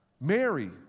Mary